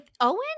Owen